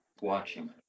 watching